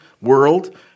world